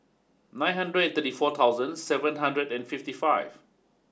nine hundred thirty four thousand seven hundred and fifty five